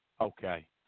Okay